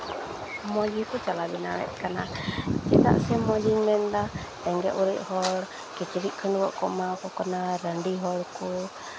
ᱢᱚᱡᱽ ᱜᱮᱠᱚ ᱪᱟᱞᱟᱣ ᱵᱮᱱᱟᱣᱮᱫ ᱠᱟᱱᱟ ᱪᱮᱫᱟᱜ ᱥᱮ ᱢᱚᱡᱽ ᱤᱧ ᱢᱮᱱᱫᱟ ᱨᱮᱸᱜᱮᱡ ᱚᱨᱮᱡ ᱦᱚᱲ ᱠᱤᱪᱨᱤᱪ ᱠᱷᱟᱹᱰᱩᱣᱟᱹᱜ ᱠᱚ ᱮᱢᱟᱠᱚ ᱠᱟᱱᱟ ᱨᱟᱺᱰᱤ ᱦᱚᱲ ᱠᱚ